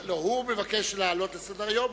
הוא מבקש להעלות לסדר-היום,